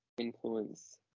influence